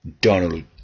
Donald